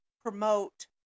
promote